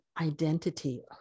identity